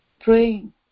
praying